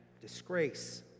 disgrace